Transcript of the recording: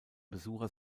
besucher